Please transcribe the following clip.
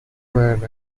man